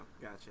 gotcha